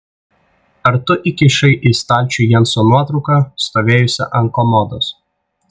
ar tu įkišai į stalčių jenso nuotrauką stovėjusią ant komodos